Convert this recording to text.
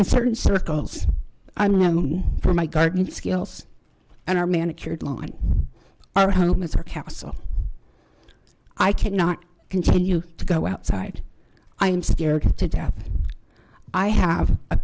in certain circles for my garden skills and our manicured lawn our home is our castle i cannot continue to go outside i am scared to death i have a